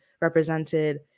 represented